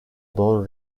bone